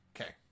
Okay